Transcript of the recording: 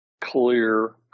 clear